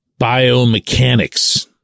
biomechanics